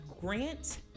grant